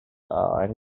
angry